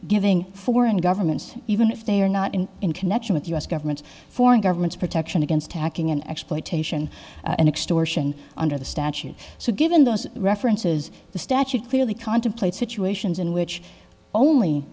giving foreign governments even if they are not in connection with the us government foreign governments protection against hacking and exploitation and extortion under the statute so given those references the statute clearly contemplates situations in which